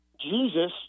Jesus